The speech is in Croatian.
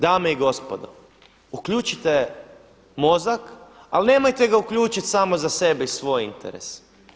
Dame i gospodo uključite mozak ali nemojte ga uključiti samo za sebe i svoje interese.